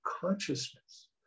consciousness